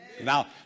Now